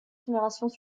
générations